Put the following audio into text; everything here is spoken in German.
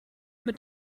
mit